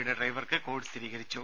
യുടെ ഡ്രൈവർക്ക് കൊവിഡ് സ്ഥിരീകരിച്ചു